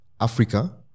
Africa